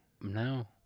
No